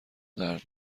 درد